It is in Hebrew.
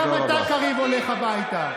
גם אתה, קריב, הולך הביתה.